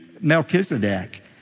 Melchizedek